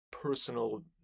personal